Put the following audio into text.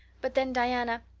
but then, diana,